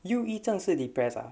忧郁症是 depressed ah